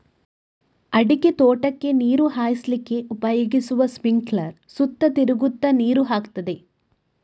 ಅಡಿಕೆ ತೋಟಕ್ಕೆ ನೀರು ಹಾಯಿಸ್ಲಿಕ್ಕೆ ಉಪಯೋಗಿಸುವ ಸ್ಪಿಂಕ್ಲರ್ ಸುತ್ತ ತಿರುಗ್ತಾ ನೀರು ಹಾಕ್ತದೆ